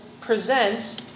presents